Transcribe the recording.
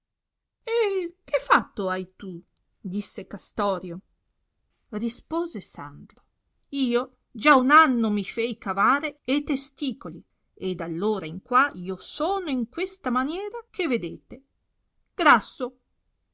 e che fatto hai tu disse castorio rispose sandro io già un anno mi fei cavare e testicoli e dal r ora in qua io sono in questa maniera che vedete grasso